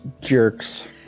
jerks